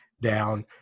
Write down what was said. down